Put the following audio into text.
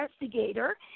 investigator